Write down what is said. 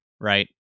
right